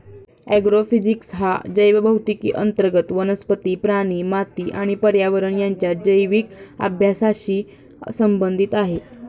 agrophysics हा जैवभौतिकी अंतर्गत वनस्पती, प्राणी, माती आणि पर्यावरण यांच्या जैविक अभ्यासाशी संबंधित आहे